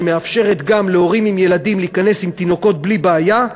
שמאפשרת גם להורים לילדים להיכנס עם תינוקות בלי בעיה,